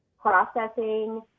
processing